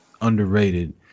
underrated